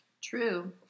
True